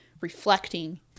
reflecting